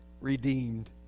Redeemed